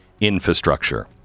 infrastructure